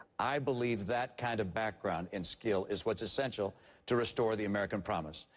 i believe that kind of background and skill is what is essential to restore the american promise.